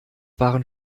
waren